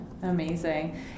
amazing